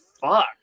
fuck